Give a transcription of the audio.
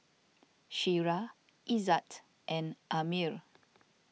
Syirah Izzat and Ammir